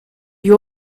you